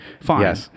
fine